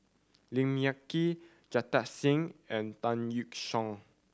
Look Yan Kit Jita Singh and Tan Yeok Seong